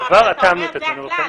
לא, אבל אתה אומר, זה הכלל,